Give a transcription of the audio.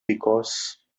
because